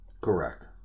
Correct